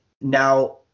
now